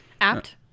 Apt